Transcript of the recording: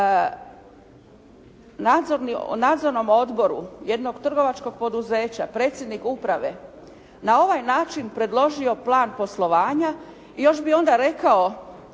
Nadzornom odboru jednog trgovačkog poduzeća predsjednik uprave na ovaj način predložio plan poslovanja i još bi onda rekao,